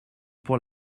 pour